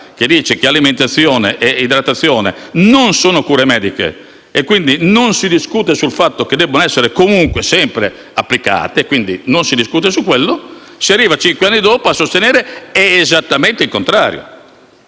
che dice che alimentazione e idratazione non sono cure mediche, e quindi non si discute sul fatto che debbano essere comunque e sempre applicate, si arrivi, cinque anni dopo, a sostenere esattamente il contrario.